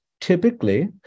typically